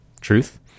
truth